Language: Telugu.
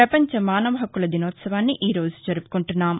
ప్రపంచ మానవ హక్కుల దినోత్సవాన్ని ఈ రోజు జరుపుకుంటున్నాం